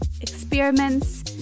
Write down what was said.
experiments